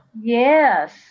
Yes